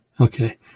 Okay